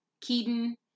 Keaton